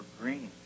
green